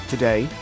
today